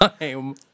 time